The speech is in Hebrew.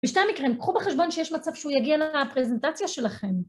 בשתי המקרים, קחו בחשבון שיש מצב שהוא יגיע לפרזנטציה שלכם.